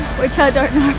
which i don't